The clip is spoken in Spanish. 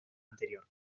anterior